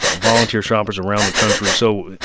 ah volunteer shoppers around the country. so,